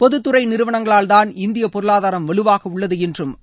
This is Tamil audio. பொதுத்துறை நிறுவனங்களால்தான் இந்திய பொருளாதாரம் வலுவாக உள்ளது என்று அவர் கூறினார்